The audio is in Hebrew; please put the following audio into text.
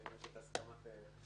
ואם יש את הסכמת חברנו,